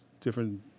different